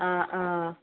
ആ ആ